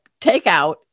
takeout